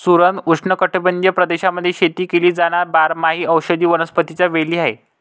सुरण उष्णकटिबंधीय प्रदेशांमध्ये शेती केली जाणार बारमाही औषधी वनस्पतीच्या वेली आहे